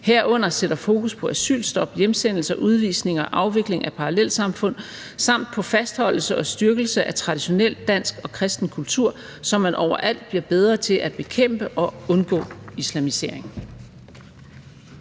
herunder sætter fokus på asylstop, hjemsendelser, udvisninger, afvikling af parallelsamfund og på fastholdelse og styrkelse af traditionel dansk og kristen kultur, så man overalt bliver bedre til at bekæmpe og undgå islamisering.«